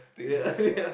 yeah yeah